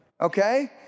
Okay